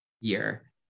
year